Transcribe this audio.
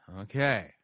Okay